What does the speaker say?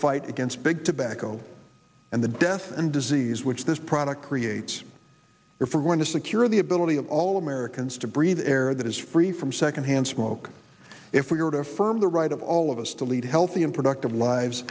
fight against big tobacco and the death and disease which this product creates if we're going to secure the ability of all americans to breathe air that is free from secondhand smoke if we are to affirm the right of all of us to lead a healthy and productive lives